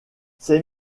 ses